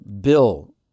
bill